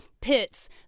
pits